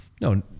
No